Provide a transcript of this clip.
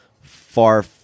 far